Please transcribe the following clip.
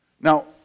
Now